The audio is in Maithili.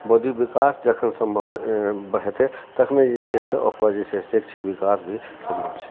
बौद्धिक विकास जखन सम्भव होयत तखने जे छै से ओकर जे छै से शैक्षणिक विकास भी सम्भव छै